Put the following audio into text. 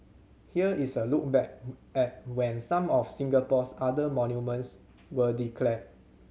here is a look back at when some of Singapore's other monuments were declared